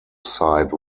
side